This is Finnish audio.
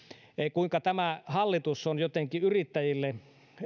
kuinka tämä hallitus on jotenkin yrittäjille